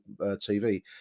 TV